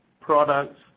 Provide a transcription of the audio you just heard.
products